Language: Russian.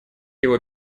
его